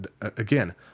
again